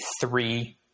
three